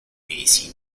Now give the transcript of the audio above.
mesi